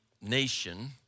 nation